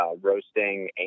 roasting